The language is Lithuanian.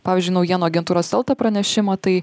pavyzdžiui naujienų agentūros elta pranešimo tai